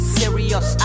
serious